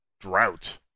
Drought